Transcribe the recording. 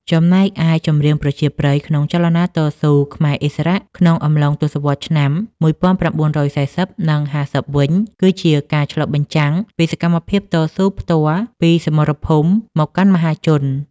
ចំណែកឯចម្រៀងប្រជាប្រិយក្នុងចលនាតស៊ូ ខ្មែរឥស្សរៈ ក្នុងអំឡុងទសវត្សរ៍ឆ្នាំ ១៩៤០ និង ៥០ វិញ គឺជាការឆ្លុះបញ្ចាំងពីសកម្មភាពតស៊ូផ្ទាល់ពីសមរភូមិមកកាន់មហាជន។